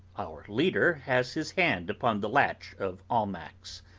our leader has his hand upon the latch of almack's,